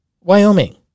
Wyoming